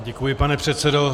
Děkuji, pane předsedo.